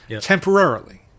Temporarily